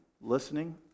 listening